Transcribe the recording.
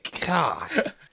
God